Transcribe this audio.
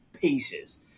pieces